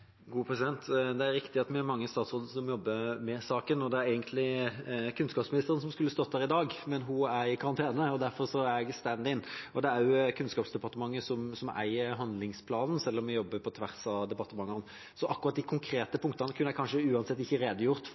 Det er riktig at vi er mange statsråder som jobber med saken. Det er egentlig kunnskapsministeren som skulle stått her i dag, men hun er i karantene, og derfor er jeg stand-in. Det er også Kunnskapsdepartementet som eier handlingsplanen, selv om vi jobber på tvers av departementene. Akkurat de konkrete punktene kunne jeg kanskje uansett ikke redegjort for,